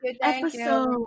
episode